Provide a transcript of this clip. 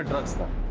us the